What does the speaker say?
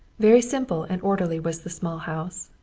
very simple and orderly was the small house,